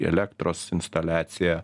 elektros instaliacija